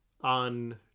on